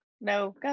No